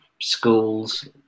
schools